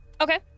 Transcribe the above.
Okay